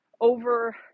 over